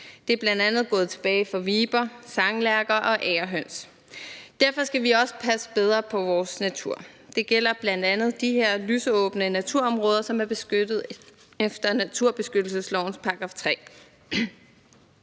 Det er bl.a. gået tilbage for viber, sanglærker og agerhøns. Derfor skal vi også passe bedre på vores natur. Det gælder bl.a. de her lysåbne naturområder, som er beskyttet efter naturbeskyttelseslovens § 3.